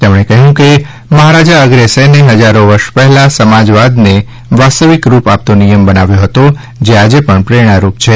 તેમણે કહ્યું કે મહારાજા અગ્રસેને હજારો વર્ષ પહેલા સમાજવાદને વાસ્તવિક રૂપ આપતો નિયમ બનાવ્યો હતો જે આજે પણ પ્રેરણારૂપ છે